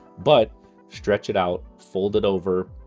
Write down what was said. but stretch it out, fold it over,